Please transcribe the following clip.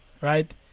right